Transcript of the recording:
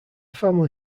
family